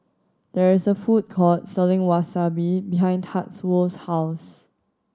there is a food court selling Wasabi behind Tatsuo's house